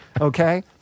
Okay